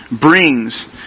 brings